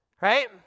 Right